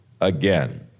again